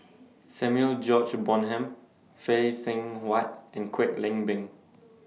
Samuel George Bonham Phay Seng Whatt and Kwek Leng Beng